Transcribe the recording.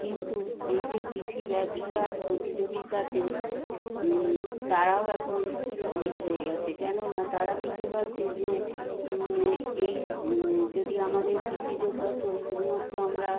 কিন্তু এই যে কৃষি ব্যবসার প্রতিযোগিতাতে তারাও এখন সামিল হয়ে গেচে কেননা তারা দেখতে পাচ্চে যে এই যদি আমাদের কৃষিজ ফসল শুধুমাত্র আমরা